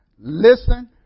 listen